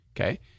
Okay